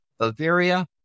Bavaria